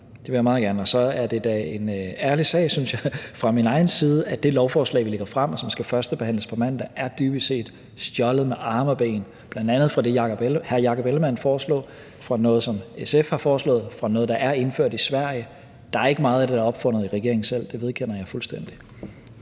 Det vil jeg meget gerne. Så er det da en ærlig sag, synes jeg, fra min egen side at sige, at det lovforslag, vi lægger frem, og som skal førstebehandles på mandag, dybest set er stjålet med arme og ben, bl.a. fra det, hr. Jakob Ellemann-Jensen foreslog, fra noget, som SF har foreslået, fra noget, der er indført i Sverige. Der er ikke meget af det, der er opfundet af regeringen selv, det vedgår jeg fuldstændig.